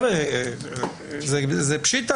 זה פשיטה,